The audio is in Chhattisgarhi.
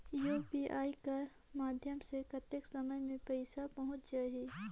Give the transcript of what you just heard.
यू.पी.आई कर माध्यम से कतेक समय मे पइसा पहुंच जाहि?